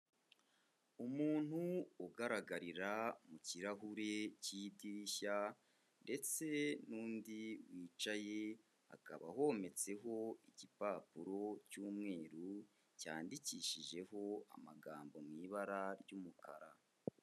Umuntu ugaragarira mu kirahuri cy'idirishya, ndetse n'undi wicaye akaba wometseho igipapuro cy'umweru cyandikishijeho amagambo mu ibara ry'umukara.